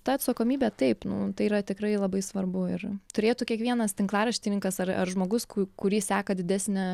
ta atsakomybė taip nu tai yra tikrai labai svarbu ir turėtų kiekvienas tinklaraštininkas ar ar žmogus ku kurį seka didesnė